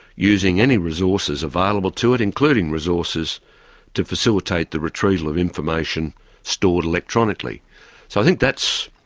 using any resources available to it, including resources to facilitate the retrieval of information stored electronically. so i think that's,